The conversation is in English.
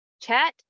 Chat